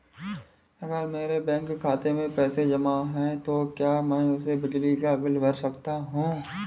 अगर मेरे बैंक खाते में पैसे जमा है तो क्या मैं उसे बिजली का बिल भर सकता हूं?